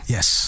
Yes